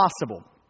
possible